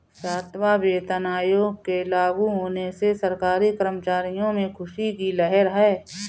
सातवां वेतन आयोग के लागू होने से सरकारी कर्मचारियों में ख़ुशी की लहर है